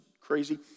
crazy